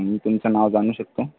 मी तुमचं नाव जाणू शकतो